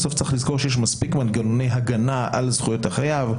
בסוף צריך לזכור שיש מספיק מנגנוני הגנה על זכויות החייב,